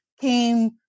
came